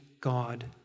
God